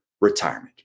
retirement